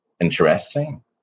interesting